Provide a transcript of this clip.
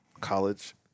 college